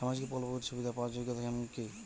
সামাজিক প্রকল্পগুলি সুবিধা পাওয়ার যোগ্যতা মান কি?